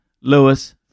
Lewis